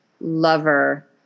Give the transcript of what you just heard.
lover